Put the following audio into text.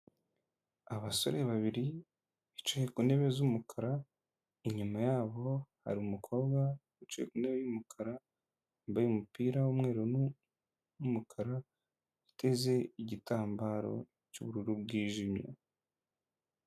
Abasore babiri bicaye ku ntebe z'umukara, inyuma yabo har'umukobwa wicaye kuntebe y'umukara yambaye umupira w'umweru n'umukara uteze igitambaro cy'ubururu bwijimye.